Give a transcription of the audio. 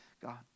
God